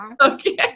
okay